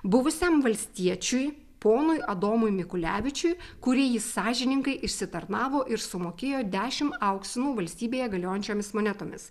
buvusiam valstiečiui ponui adomui mikulevičiui kurį ji sąžiningai išsitarnavo ir sumokėjo dešimt auksinų valstybėje galiojančiomis monetomis